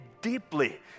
deeply